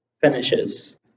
finishes